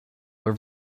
were